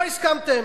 לא הסכמתם,